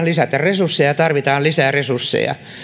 lisätä resursseja tarvitaan lisää resursseja